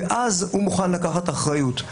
ואז הוא מוכן לקחת אחריות.